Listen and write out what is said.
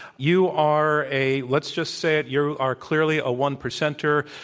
you are a let's just say it you are clearly a one percenter.